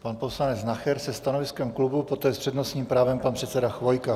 Pan poslanec Nacher se stanoviskem klubu, poté s přednostním právem pan předseda Chvojka.